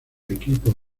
equipo